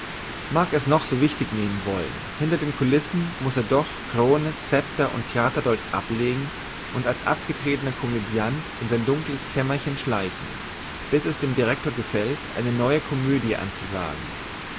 mag er's noch so wichtig nehmen wollen hinter den koulissen muß er doch krone zepter und theaterdolch ablegen und als abgetretener komödiant in sein dunkles kämmerchen schleichen bis es dem direktor gefällt eine neue komödie anzusagen